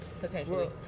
potentially